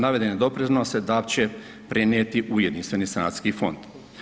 Navedene doprinose DAB će prenijeti u jedinstveni sanacijski fond.